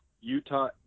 Utah